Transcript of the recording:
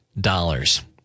dollars